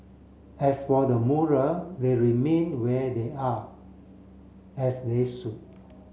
as for the mural they remain where they are as they should